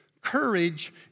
courage